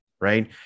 Right